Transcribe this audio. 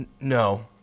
No